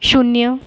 शून्य